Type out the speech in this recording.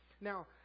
Now